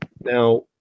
now